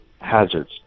hazards